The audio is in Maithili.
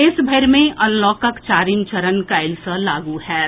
देशभरि मे अनलॉकक चारिम चरण काल्हि सँ लागू होएत